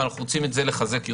אבל אנחנו רוצים לחזק את זה יותר,